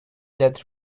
that